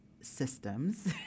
systems